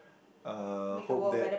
uh hope that